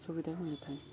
ସୁବିଧା ହୋଇନଥାଏ